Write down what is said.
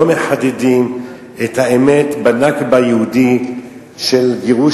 מחדדים את האמת ב"נכבה" היהודית של גירוש,